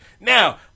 Now